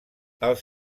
els